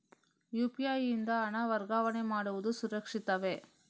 UPI ಯಿಂದ ಹಣ ವರ್ಗಾವಣೆ ಮಾಡುವುದು ಸುರಕ್ಷಿತವೇ?